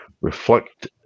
reflect